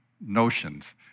notions